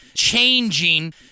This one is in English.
changing